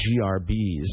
GRBs